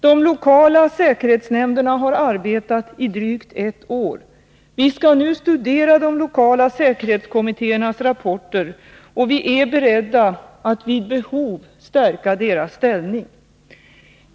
De lokala säkerhetsnämnderna har arbetat i drygt ett år. Vi skall nu studera de lokala säkerhetskommittéernas rapporter och vi är beredda att vid behov stärka deras ställning.